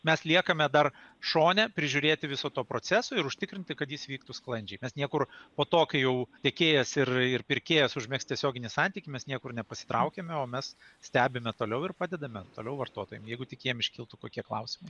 mes liekame dar šone prižiūrėti viso to proceso ir užtikrinti kad jis vyktų sklandžiai mes niekur po to kai jau tiekėjas ir ir pirkėjas užmegs tiesioginį santykį mes niekur nepasitraukiame o mes stebime toliau ir padedame toliau vartotojam jeigu tik jiem iškiltų kokie klausimai